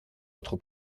votre